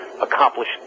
accomplish